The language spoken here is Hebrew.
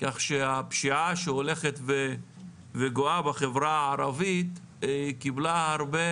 כך שהפשיעה שהולכת וגואה בחברה הערבית כנראה שקיבלה הרבה